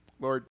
Lord